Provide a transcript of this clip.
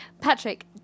Patrick